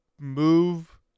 move